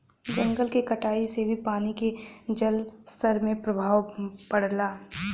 जंगल के कटाई से भी पानी के जलस्तर में प्रभाव पड़ला